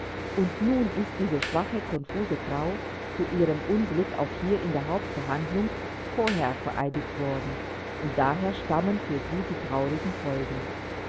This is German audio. und nun ist diese schwache konfuse frau zu ihrem unglück auch hier in der hauptverhandlung vorher vereidigt worden und daher stammen für sie die traurigen folgen